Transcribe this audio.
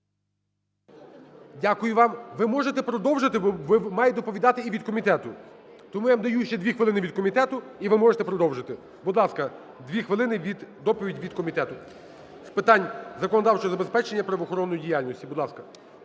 Дякую вам. Ви можете продовжити. Ви маєте доповідати і від комітету. Тому я вам даю ще 2 хвилини від комітету, і ви можете продовжити. Будь ласка, 2 хвилини доповідь від Комітету з питань законодавчого забезпечення правоохоронної діяльності. Будь ласка.